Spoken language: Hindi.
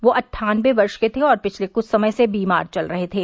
वह अट्ठानबे वर्ष के थे और पिछले कुछ समय से बीमार चल रहे थे